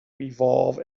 evolve